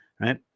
right